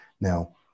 Now